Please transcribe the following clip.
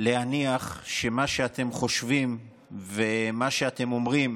להניח שמה שאתם חושבים ומה שאתם אומרים